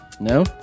No